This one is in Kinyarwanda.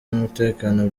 n’umutekano